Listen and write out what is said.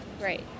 right